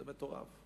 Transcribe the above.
זה מטורף.